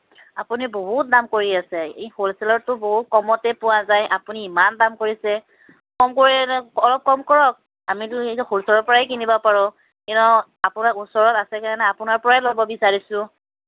আপুনি বহুত দাম কৰি আছে এই হ'লচেলতটো বহুত কমতে পোৱা যায় আপুনি ইমান দাম কৰিছে কম অলপ কম কৰক আমিতো নিজে হ'লচেলৰ পৰাই কিনিব পাৰোঁ কিয় আপোনাক ওচৰত আছে কাৰণে আপোনাৰ পৰাই ল'ব বিচাৰিছোঁ